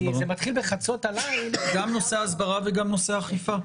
כי זה מתחיל בחצות הליל --- גם נושא ההסברה וגם נושא האכיפה,